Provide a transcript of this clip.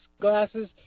glasses